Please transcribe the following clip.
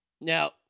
Now